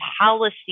policy